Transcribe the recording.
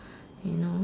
you know